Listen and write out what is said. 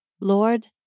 Lord